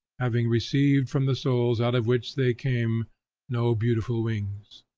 having received from the souls out of which they came no beautiful wings.